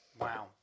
wow